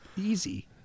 easy